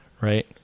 right